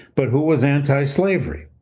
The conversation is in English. but who was antislavery.